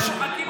אתה,